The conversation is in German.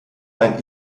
ein